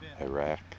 Iraq